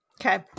Okay